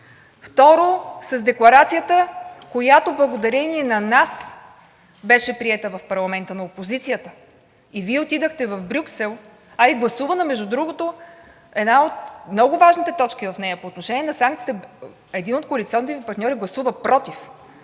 Второ, с декларацията, която благодарение на нас – на опозицията, беше приета в парламента. И Вие отидохте в Брюксел. А и гласувана, между другото, една от много важните точки в нея. По отношение на санкциите един от коалиционните Ви партньори гласува против.